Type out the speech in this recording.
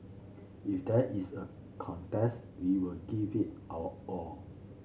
if there is a contest we will give it our all